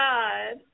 God